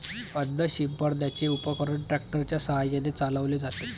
अन्न शिंपडण्याचे उपकरण ट्रॅक्टर च्या साहाय्याने चालवले जाते